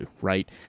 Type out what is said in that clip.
right